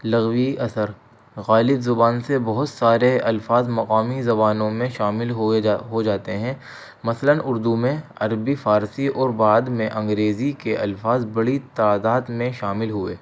لغوی اثر غالب زبان سے بہت سارے الفاظ مقامی زبانوں میں شامل ہوئے جا ہو جاتے ہیں مثلاً اردو میں عربی فارسی اور بعد میں انگریزی کے الفاظ بڑی تعداد میں شامل ہوئے